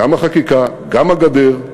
גם החקיקה, גם הגדר,